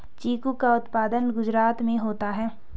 चीकू का उत्पादन गुजरात में होता है